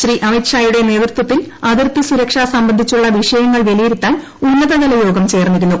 ശ്രീ അമിത്ഷായുടെ നേതൃത്വത്തിൽ അതിർത്തി സുരക്ഷ സംബന്ധിച്ചുള്ള വിഷയങ്ങൾ വിലയിരുത്താൻ ഉന്നതതല യോഗം ചേർന്നിരുന്നു